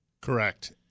Correct